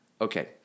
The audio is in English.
Okay